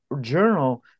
journal